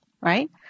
right